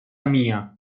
mia